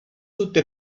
tutto